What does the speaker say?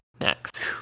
next